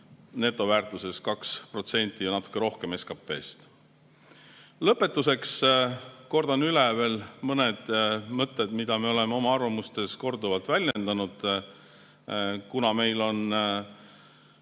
netoväärtuses 2% ja natuke rohkemgi SKP-st. Lõpetuseks kordan üle veel mõned mõtted, mida me oleme oma arvamustes korduvalt väljendanud. Kuna meil on